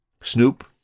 Snoop